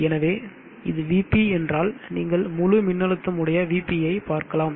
எனவே இது Vp என்றால் நீங்கள் முழு மின்னழுத்தம் உடைய VP ஐப் பார்க்கலாம்